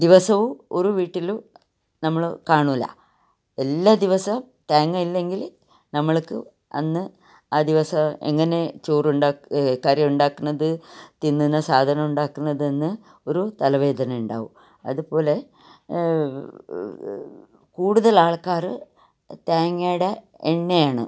ദിവസവും ഒരു വീട്ടിലും നമ്മൾ കാണില്ല എല്ലാ ദിവസവും തേങ്ങ ഇല്ലെങ്കിൽ നമ്മൾക്ക് അന്ന് ആ ദിവസം എങ്ങനെ ചോറുണ്ടാക്കു കറി ഉണ്ടാക്കുന്നത് തിന്നുന്ന സാധനം ഉണ്ടാക്കുന്നതെന്ന് ഒരു തലവേദന ഉണ്ടാകും അതുപോലെ കൂടുതൽ ആൾക്കാർ തേങ്ങയുടെ എണ്ണയാണ്